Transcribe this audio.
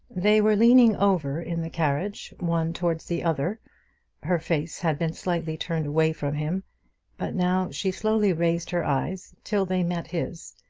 they were leaning over in the carriage one towards the other her face had been slightly turned away from him but now she slowly raised her eyes till they met his,